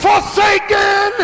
forsaken